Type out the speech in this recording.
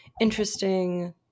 interesting